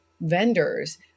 vendors